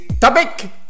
topic